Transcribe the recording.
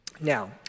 Now